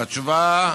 והתשובה,